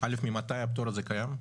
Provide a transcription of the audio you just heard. ממתי הפטור הזה קיים,